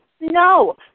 No